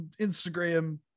instagram